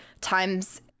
times